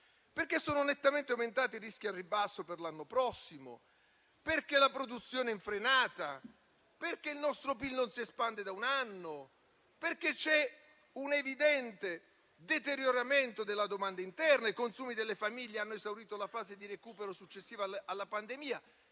perché sono nettamente aumentati i rischi al ribasso per l'anno prossimo, la produzione è in frenata, il nostro PIL non si espande da un anno, c'è un'evidente deterioramento della domanda interna e i consumi delle famiglie hanno esaurito la fase di recupero successivo alla pandemia: